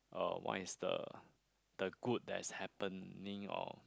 uh what is the the good that's happening or